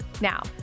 Now